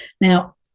Now